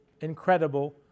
incredible